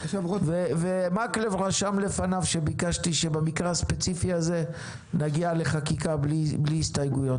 מקלב רשם לפניו שביקשתי שבמקרה הספציפי הזה נגיע לחקיקה בלי הסתייגויות.